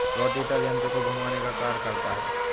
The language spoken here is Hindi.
रोटेटर यन्त्र को घुमाने का कार्य करता है